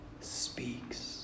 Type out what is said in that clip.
speaks